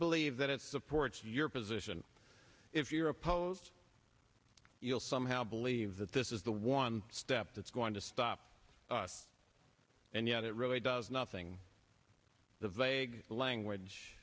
believe that it supports your position if you're opposed you'll somehow believe that this is the one step that's going to stop us and yet it really does nothing the vague language